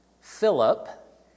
Philip